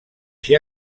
s’hi